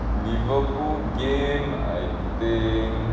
liverpool game I think